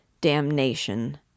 Damnation